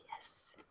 Yes